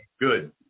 good